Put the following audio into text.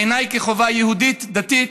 בעיניי כחובה יהודית דתית,